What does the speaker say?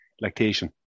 lactation